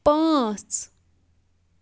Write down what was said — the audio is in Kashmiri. پانٛژھ